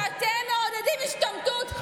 אנחנו לא מכבדים אתכם כשאתם מעודדים השתמטות.